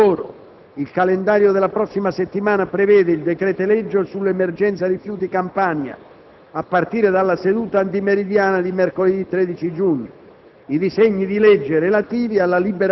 Oltre alla delega sulla sicurezza sul lavoro, il calendario della prossima settimana prevede il decreto-legge sull'emergenza rifiuti in Campania (a partire dalla seduta antimeridiana di mercoledì 13 giugno),